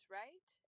right